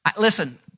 Listen